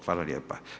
Hvala lijepa.